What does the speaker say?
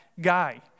guy